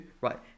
right